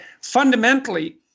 fundamentally